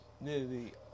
nearly